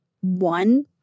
One